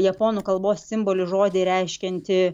japonų kalbos simbolį žodį reiškiantį